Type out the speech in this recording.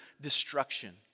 destruction